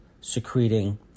secreting